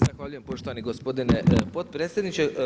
Zahvaljujem poštovani gospodine potpredsjedniče.